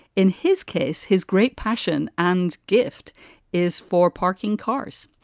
in his case, his great passion and gift is for parking cars.